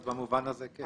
אז במובן הזה כן.